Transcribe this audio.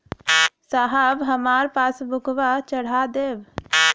साहब हमार पासबुकवा चढ़ा देब?